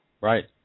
Right